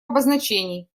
обозначений